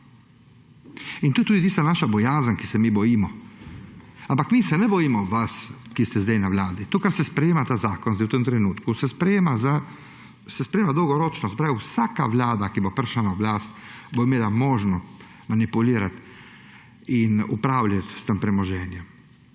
In tu je tudi tista naša bojazen, česa se mi bojimo. Ampak mi se ne bojimo vas, ki ste zdaj na vladi, zakon, ki se sprejema zdaj v tem trenutku, se sprejema dolgoročno, se pravi vsaka vlada, ki bo prišla na oblast, bo imela možnost manipulirati in upravljati s tem premoženjem.